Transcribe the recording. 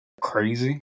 crazy